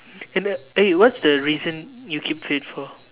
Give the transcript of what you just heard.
in the eh what's the reason you keep fit for